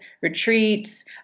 retreats